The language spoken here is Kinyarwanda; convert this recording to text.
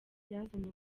yazanye